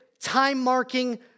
time-marking